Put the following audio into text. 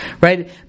right